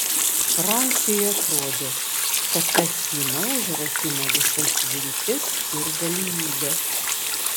franciui atrodė kad ta spyna užrakina visas viltis ir galimybes